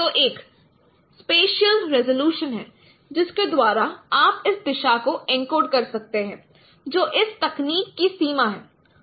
तो एक spatial resolution है जिसके द्वारा आप इस दिशा को एन्कोड कर सकते हैं जो इस तकनीक की सीमा है